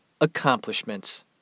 accomplishments